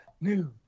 New